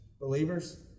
believers